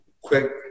quick